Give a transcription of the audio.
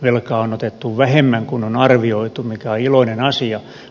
velkaa on otettu vähemmän kuin on arvioitu mikä on iloinen asia